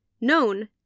known